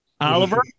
Oliver